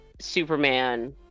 superman